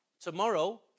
Tomorrow